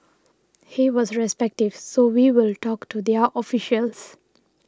he was receptive so we will talk to their officials